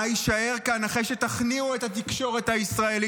מה יישאר כאן אחרי שתכניעו את התקשורת הישראלית?